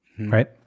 Right